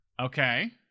okay